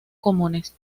comunes